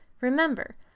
Remember